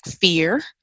fear